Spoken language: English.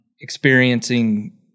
Experiencing